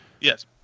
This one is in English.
Yes